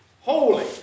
Holy